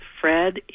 Fred